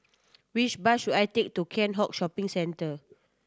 which bus should I take to Keat Hong Shopping Centre